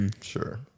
Sure